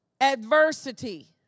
adversity